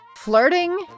Flirting